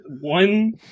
one